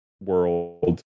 world